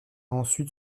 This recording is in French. ensuite